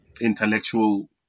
intellectual